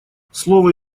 слово